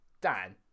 Dan